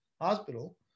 Hospital